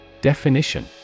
Definition